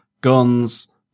guns